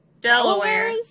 Delaware